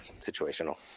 situational